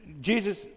Jesus